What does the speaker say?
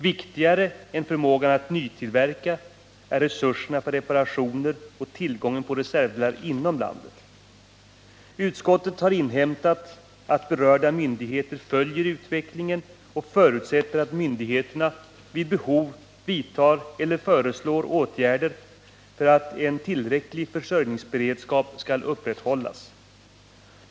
Viktigare än förmågan att nytillverka är resurserna för reparationer och tillgången på reservdelar inom landet. Utskottet har inhämtat att berörda myndigheter följer utvecklingen och förutsätter att myndigheterna vid behov vidtar eller föreslår åtgärder för att en tillräcklig försörjningsberedskap skall upprätthållas.